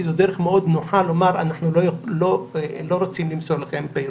כי זו דרך מאוד נוחה לומר שלא רוצים למסור פירוט.